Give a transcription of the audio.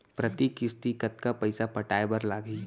प्रति किस्ती कतका पइसा पटाये बर लागही?